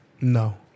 No